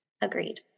Agreed